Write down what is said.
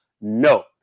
No